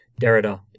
Derrida